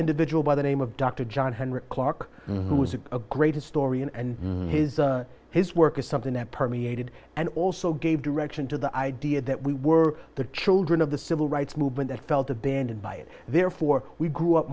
individual by the name of dr john henrik clarke who was a great historian and his his work is something that permeated and also gave direction to the idea that we were the children of the civil rights movement that felt abandoned by it therefore we grew up